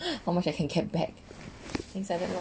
how much I can get back things like that loh